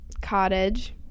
cottage